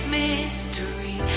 mystery